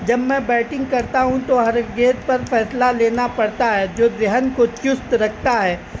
جب میں بیٹنگ کرتا ہوں تو ہر ایک گیند پر فیصلہ لینا پڑتا ہے جو ذہن کو چست رکھتا ہے